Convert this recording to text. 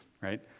right